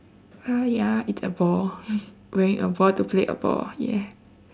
uh ya it's a ball wearing a ball to play a ball yeah